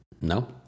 No